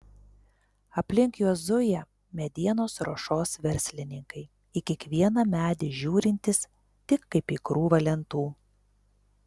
aplink juos zuja medienos ruošos verslininkai į kiekvieną medį žiūrintys tik kaip į krūvą lentų